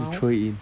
you throw it in